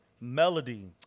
Melody